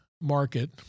market